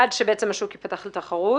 עד שהשוק ייפתח לתחרות.